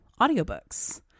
audiobooks